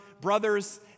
brothers